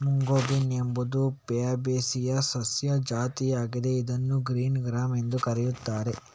mung bean ಎಂಬುದು Fabaceae ಸಸ್ಯ ಜಾತಿಯಾಗಿದ್ದು ಇದನ್ನು ಗ್ರೀನ್ ಗ್ರ್ಯಾಮ್ ಎಂದೂ ಕರೆಯುತ್ತಾರೆ